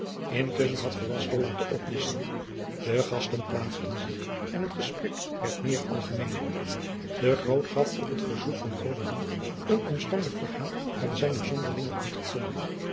intusschen had velasco laten opdisschen de gasten plaatsten zich en het gesprek werd meer algemeen de groot gaf op het verzoek van grobbendonck een omstandig verhaal van zijne zonderlinge